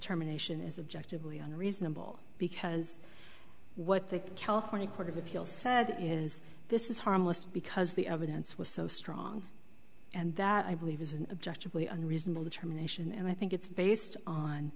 determination is objective leon reasonable because what the california court of appeal said is this is harmless because the evidence was so strong and that i believe is an objective leean reasonable determination and i think it's based on